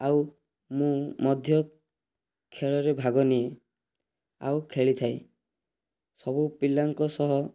ଆଉ ମୁଁ ମଧ୍ୟ ଖେଳରେ ଭାଗ ନିଏ ଆଉ ଖେଳିଥାଏ ସବୁ ପିଲାଙ୍କ ସହ